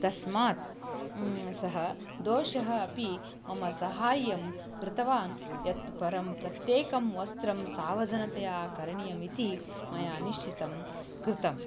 तस्मात् सः दोषः अपि मम सहाय्यं कृतवान् यत् परं प्रत्येकं वस्त्रं सावधनतया करणीयमिति मया निश्चितं कृतम्